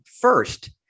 first